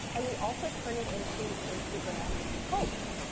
and we also turn it into instagram posts.